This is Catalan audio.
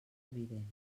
evident